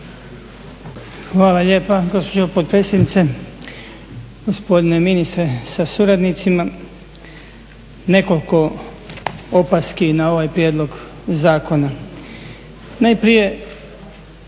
potpredsjednice. Gospodine ministre sa suradnicima. Nekoliko opaski na ovaj prijedlog zakona. najprije